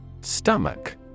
Stomach